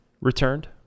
returned